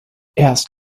erst